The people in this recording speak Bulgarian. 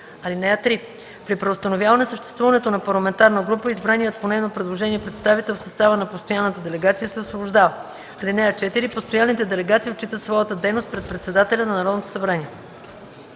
групи. (3) При преустановяване съществуването на парламентарна група избраният по нейно предложение представител в състава на постоянната делегация се освобождава. (4) Постоянните делегации отчитат своята дейност пред председателя на Народното събрание.”